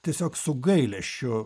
tiesiog su gailesčiu